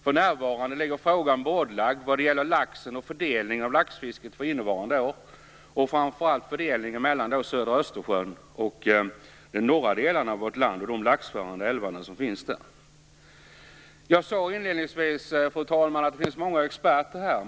För närvarande ligger frågan bordlagd vad gäller laxen och fördelningen av laxfisket för innevarande år, framför allt fördelningen mellan södra Östersjön och de norra delarna av vårt land och de laxförande älvar som där finns. Fru talman! Jag sade inledningsvis att det finns många experter här.